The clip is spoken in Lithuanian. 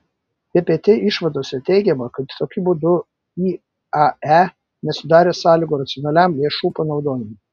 vpt išvadose teigiama kad tokiu būdu iae nesudarė sąlygų racionaliam lėšų panaudojimui